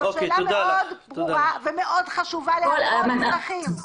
זו שאלה מאוד ברורה ומאוד חשובה להמון אזרחים.